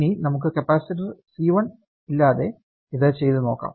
ഇനി നമുക്കു capacitor C1 ഇല്ലാതെ ഇത് ചെയ്തു നോക്കാം